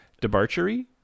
Debauchery